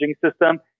system